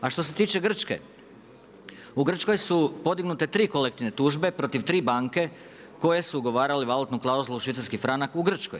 A što se tiče Grčke, u Grčkoj su podignute 3 kolektivne tužbe protiv 3 banke koje su ugovarale valutnu klauzulu švicarski franak u Grčkoj.